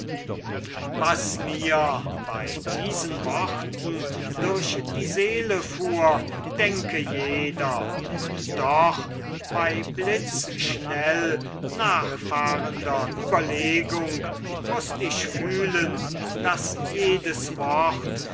was mir bei diesen worten durch die seele fuhr denke jeder und doch bei blitzschnell nachfahrender überlegung mußt ich fühlen daß jedes wort